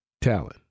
talent